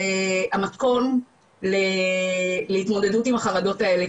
המקום להתמודדות עם החרדות האלה,